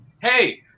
hey